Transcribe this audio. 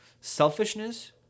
selfishness